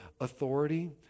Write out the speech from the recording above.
authority